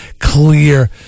clear